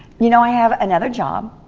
you know i have another job.